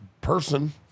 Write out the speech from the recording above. person